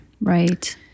Right